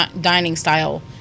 Dining-style